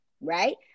right